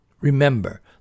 Remember